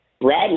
Brad